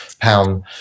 pound